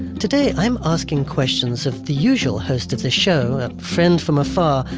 today i'm asking questions of the usual host of the show, a friend from afar,